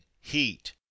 heat